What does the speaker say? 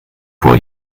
vor